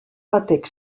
batek